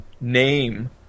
name